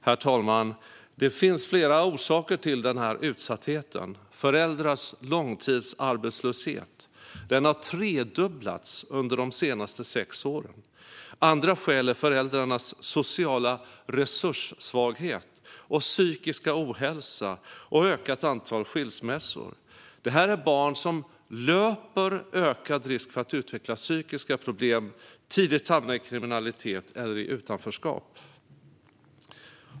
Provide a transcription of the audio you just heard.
Herr talman! Det finns flera orsaker till den utsattheten. Föräldrars långtidsarbetslöshet har tredubblats under de senaste sex åren. Andra skäl är föräldrarnas sociala resurssvaghet och psykiska ohälsa och ett ökat antal skilsmässor. Det här är barn som löper ökad risk för att utveckla psykiska problem, tidigt hamna i kriminalitet eller i utanförskap.